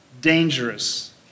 dangerous